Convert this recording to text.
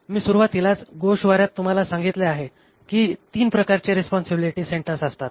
मी सुरुवातीलाच गोषवाऱ्यात तुम्हाला सांगितले आहे की ३ प्रकारचे रीस्पोन्सिबिलीटी सेंटर असतात